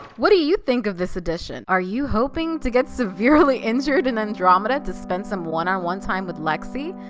what do you think of this addition? are you hoping to get severely injured in andromeda to spend some one on one time with lexi?